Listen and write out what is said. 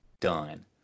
done